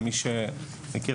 למי שמכיר,